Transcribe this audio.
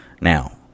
Now